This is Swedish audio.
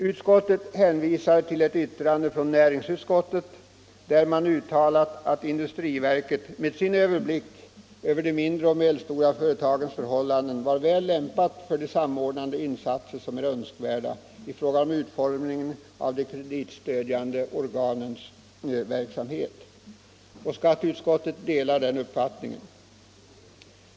Utskottet hänvisar till ett yttrande från näringsutskottet, där det uttalas att industriverket med sin överblick över de mindre och medelstora fö 173 retagens förhållanden är väl lämpat för de samordnandeinsatser som är önskvärda i fråga om utformningen av de kreditstödjande organens verksamhet. Skatteutskottet delar den uppfattningen.